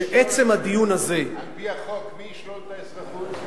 שעצם הדיון הזה, על-פי החוק, מי ישלול את האזרחות?